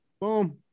boom